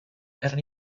erano